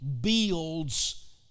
builds